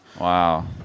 Wow